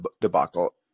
debacle